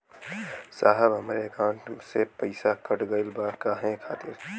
साहब हमरे एकाउंट से पैसाकट गईल बा काहे खातिर?